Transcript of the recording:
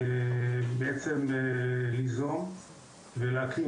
ליזום ולהקים.